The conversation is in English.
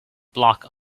block